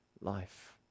life